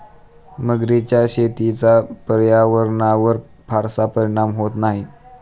मगरीच्या शेतीचा पर्यावरणावर फारसा परिणाम होत नाही